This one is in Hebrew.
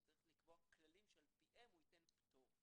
הוא צריך לקבוע כללים שעל פיהם הוא ייתן פטור.